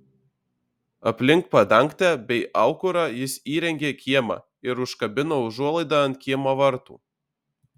aplink padangtę bei aukurą jis įrengė kiemą ir užkabino užuolaidą ant kiemo vartų